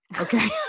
Okay